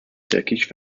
turkish